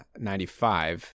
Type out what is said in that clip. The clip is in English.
95